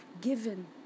given